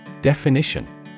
Definition